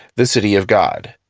the city of god.